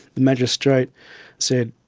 the magistrate said,